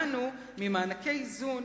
ממענקי איזון